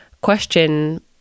question